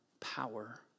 power